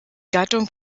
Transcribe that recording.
gattung